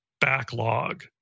Backlog